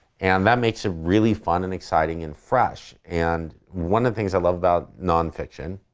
and that makes it really fun, and exciting, and fresh. and one of the things i love about non-fiction,